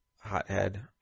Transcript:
Hothead